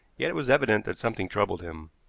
yet it was evident that something troubled him.